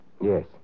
Yes